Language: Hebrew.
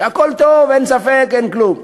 כשהכול טוב, אין ספק, אין כלום.